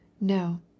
no